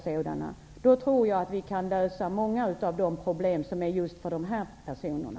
Jag tror att vi därmed skulle kunna lösa många av problemen för de här personerna.